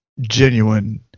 genuine